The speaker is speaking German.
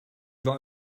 war